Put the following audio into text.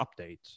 updates